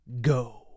go